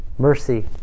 Mercy